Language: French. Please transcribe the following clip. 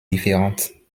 différentes